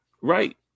Right